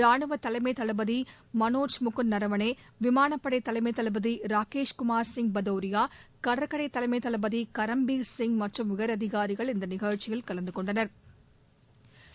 ரானுவதலைமைதளபதிமனோஷ் முகுந்த் நரவணே விமானப்படைதலைமைதளபதிராகேஷ் குமார் சிங் பதூரியா கடற்கடைதலைமைதளபதிகரம்பீர் சிங் மற்றும் உயரதிகாரிகள் இந்தநிகழ்ச்சியில் கலந்துகொண்டனா்